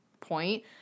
point